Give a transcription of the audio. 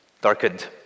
darkened